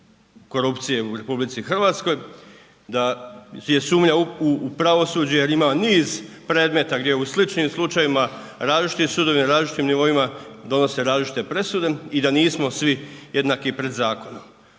korupcije u RH, da je sumnja u pravosuđe jer ima niz predmeta gdje u sličim slučajevima, različitim sudovima, različitim nivoima, donose različite presude i da nismo svi jednaki pred zakonom.